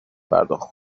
پرداخت